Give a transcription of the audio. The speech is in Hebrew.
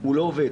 הוא לא עובד,